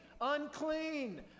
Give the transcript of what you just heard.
unclean